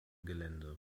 gelände